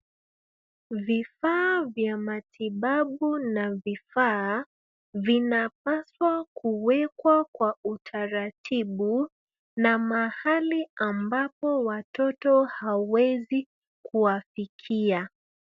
Vifaa vya matibabu na vifaa vinapaswa kuwekwa kwa utaratibu na mahali ambapo watoto hawawezi kuwafikia.